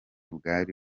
bwari